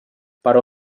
però